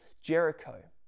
Jericho